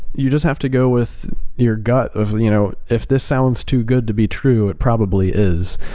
you just have to go with your gut of, you know if this sounds too good to be true, it probably is.